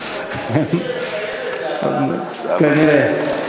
המחיר מחייב את זה, אבל, כנראה.